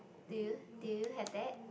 do you do you have that